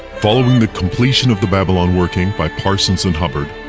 following the completion of the babylon working by parsons and hubbard,